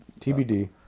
TBD